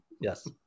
Yes